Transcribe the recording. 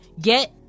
get